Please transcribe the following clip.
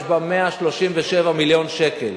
יש בה 137 מיליון שקל,